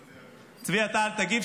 צבי, אתה אל תגיב.